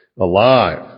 alive